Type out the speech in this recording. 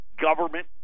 government